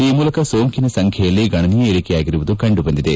ಈ ಮೂಲಕ ಸೋಂಕಿನ ಸಂಖ್ಯೆಯಲ್ಲಿ ಗಣನೀಯ ಇಳಿಕೆಯಾಗಿರುವುದು ಕಂಡುಬಂದಿದೆ